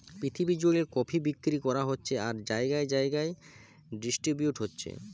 পৃথিবী জুড়ে কফি বিক্রি করা হচ্ছে আর জাগায় জাগায় ডিস্ট্রিবিউট হচ্ছে